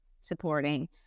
supporting